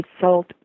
salt